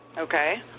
Okay